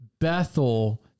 Bethel